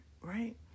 right